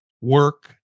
work